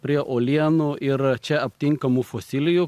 prie uolienų ir čia aptinkamų fosilijų